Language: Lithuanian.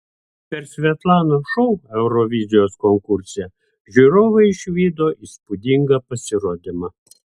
per svetlanos šou eurovizijos konkurse žiūrovai išvydo įspūdingą pasirodymą